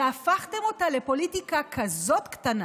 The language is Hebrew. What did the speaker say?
והפכתם אותה לפוליטיקה כזאת קטנה,